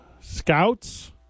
Scouts